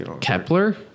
Kepler